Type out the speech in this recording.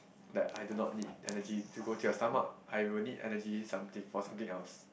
that I do not need energy to go to your stomach I will need energy something for something else